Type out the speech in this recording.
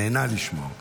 נהנה לשמוע אותך.